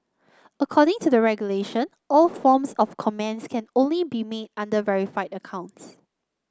according to the regulation all forms of comments can only be made under verified accounts